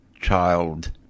child